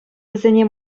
вӗсене